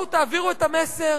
בואו תעבירו את המסר